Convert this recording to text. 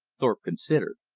thorpe considered.